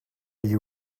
you